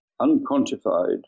unquantified